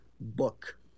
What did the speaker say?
book